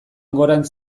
gorantz